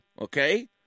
okay